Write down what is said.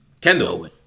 Kendall